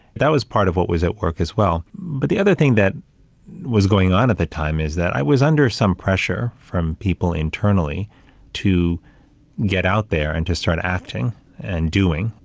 that was part of what was at work as well. but the other thing that was going on at the time is that i was under some pressure from people internally to get out there and just start acting and doing,